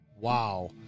Wow